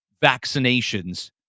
vaccinations